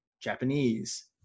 Japanese